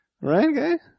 Right